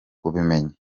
kubimenya